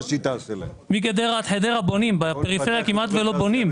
בונים מגדרה עד חדרה אבל בפריפריה כמעט ולא בונים.